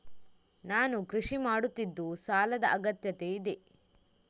ನಾನು ಕೃಷಿ ಮಾಡುತ್ತಿದ್ದು ಸಾಲದ ಅಗತ್ಯತೆ ಇದೆ?